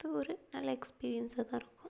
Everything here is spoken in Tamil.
அது ஒரு நல்ல எக்ஸ்பீரியன்ஸாக தான் இருக்கும்